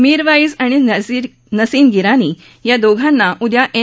मीरवाईज आणि नसीन गिलानी या दोघांना उद्या एन